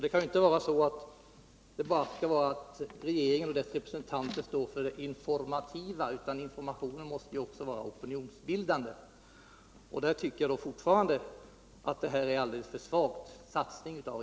Det skall inte bara vara så att regeringen och dess representanter står för det informativa, utan informationen måste också vara opinionsbildande. Jag tycker fortfarande att regeringens satsning är alldeles för svag.